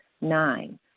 Nine